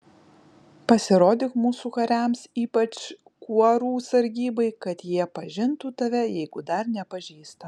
pasirodyk mūsų kariams ypač kuorų sargybai kad jie pažintų tave jeigu dar nepažįsta